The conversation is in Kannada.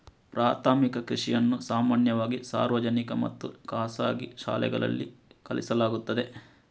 ಪ್ರಾಥಮಿಕ ಕೃಷಿಯನ್ನು ಸಾಮಾನ್ಯವಾಗಿ ಸಾರ್ವಜನಿಕ ಮತ್ತು ಖಾಸಗಿ ಶಾಲೆಗಳಲ್ಲಿ ಕಲಿಸಲಾಗುತ್ತದೆ